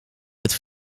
het